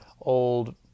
old